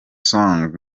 song